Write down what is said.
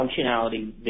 functionality